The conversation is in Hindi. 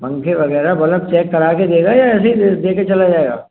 पंखे वग़ैरह बलफ चेक करा के देगा या ऐसे ही दे दे कर चला जाएगा